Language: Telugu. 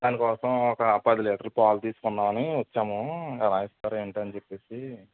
అందుకోసం ఒక పది లీటర్లు పాలు తీసుకుందామని వచ్చాము ఎలా ఇస్తారు ఏంటి అని చెప్పి